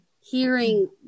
hearing